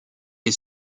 est